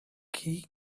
key